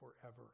forever